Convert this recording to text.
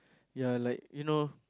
ya like you know